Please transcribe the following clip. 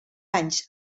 anys